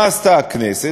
מה עשתה הכנסת?